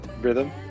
rhythm